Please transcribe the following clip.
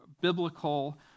biblical